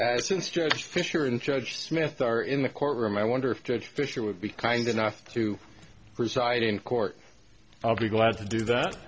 i since judge fisher and judge smith are in the courtroom i wonder if judge fisher would be kind enough to reside in court i'll be glad to do that